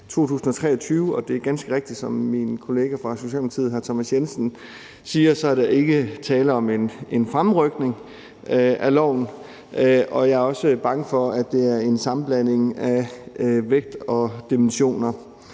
2023, og det er ganske rigtigt, som min kollega fra Socialdemokratiet hr. Thomas Jensen siger, at der ikke er tale om en fremrykning af loven. Jeg er også bange for, at det er ensammenblanding af vægt og dimensioner.